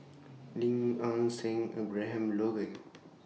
Lim Nang Seng Abraham Logan